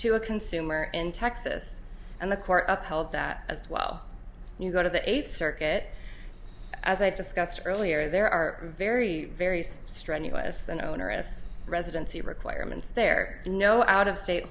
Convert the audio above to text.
to a consumer in texas and the court upheld that as well you go to the eighth circuit as i discussed earlier there are very very strenuous and onerous residency requirements there you know out of state